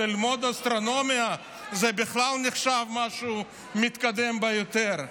ללמוד אסטרונומיה בכלל נחשב משהו מתקדם ביותר.